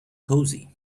cosy